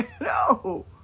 No